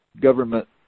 government